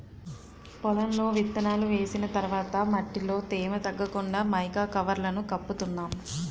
పొలంలో విత్తనాలు వేసిన తర్వాత మట్టిలో తేమ తగ్గకుండా మైకా కవర్లను కప్పుతున్నాం